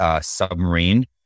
submarine